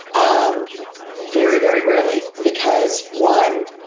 um very, very rarely. because one,